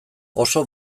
oso